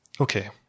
Okay